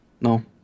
No